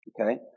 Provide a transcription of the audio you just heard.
Okay